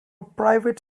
private